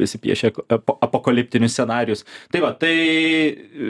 visi piešė epo apokaliptinius scenarijus tai va tai